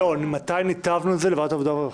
--- מתי ניתבנו את זה לוועדת העבודה והרווחה?